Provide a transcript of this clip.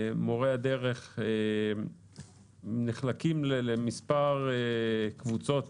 מורי הדרך נחלקים למספר קבוצות.